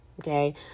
okay